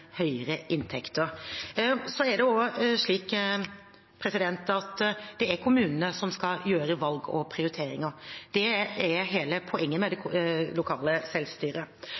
høyere inntekter. Så er det også slik at det er kommunene som skal gjøre valg og prioriteringer. Det er hele poenget med det lokale selvstyret.